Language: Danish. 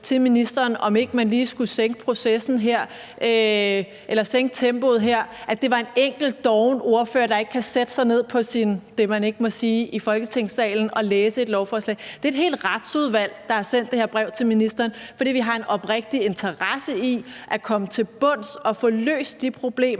til ministeren om, om man ikke lige skulle sænke tempoet her, var udtryk for en enkelt doven ordfører, der ikke kunne sætte sig ned på sin – det, man ikke må sige i Folketingssalen – og læse et lovforslag. Det er hele Retsudvalget, der har sendt det her brev til ministeren, fordi vi har en oprigtig interesse i at komme til bunds i det og få løst de problemer,